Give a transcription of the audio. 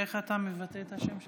איך אתה מבטא את השם שלך?